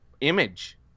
image